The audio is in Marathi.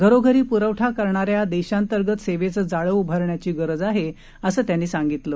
घरोघरी प्रवठा करणाऱ्या देशांतर्गत सेवेचं जाळं उभारण्याची गरज आहे असं त्यांनी सांगितलं